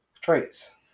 traits